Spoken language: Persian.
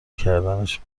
کردنش